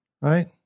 right